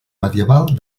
medieval